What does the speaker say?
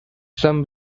some